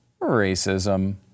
racism